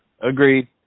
Agreed